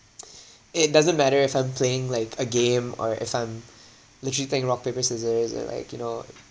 it doesn't matter if I'm playing like a game or if I'm literally think rock paper scissors or like you know